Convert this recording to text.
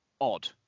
odd